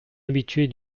habituée